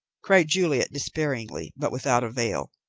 cried juliet despairingly, but without avail,